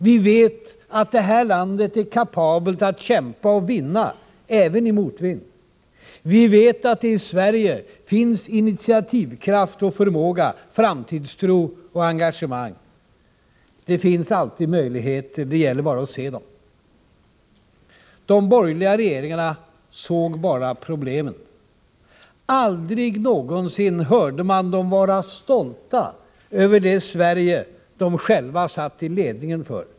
Vi vet att det här landet är kapabelt att kämpa och vinna — även i motvind. Vi vet att det i Sverige finns initiativkraft och förmåga, framtidstro och engagemang. Det finns alltid möjligheter. Det gäller bara att se dem. De borgerliga regeringarna såg bara problemen. Aldrig hörde man dem vara stolta över det Sverige som de själva satt i ledningen för.